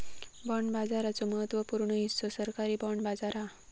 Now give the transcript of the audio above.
bond बाजाराचो महत्त्व पूर्ण हिस्सो सरकारी बाँड बाजार हा